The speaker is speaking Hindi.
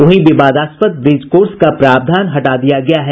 वहीं विवादास्पद ब्रिज कोर्स का प्रावधान हटा दिया गया है